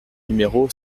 numéro